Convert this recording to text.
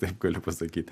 taip galiu pasakyt